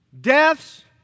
Deaths